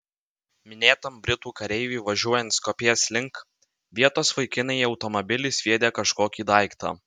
minėtam britų kareiviui važiuojant skopjės link vietos vaikinai į automobilį sviedė kažkokį daiktą